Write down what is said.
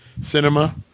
cinema